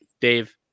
Dave